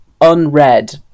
unread